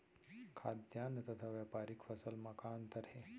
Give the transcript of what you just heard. खाद्यान्न तथा व्यापारिक फसल मा का अंतर हे?